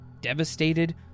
devastated